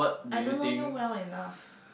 I don't know you well enough